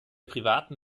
privaten